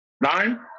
Nine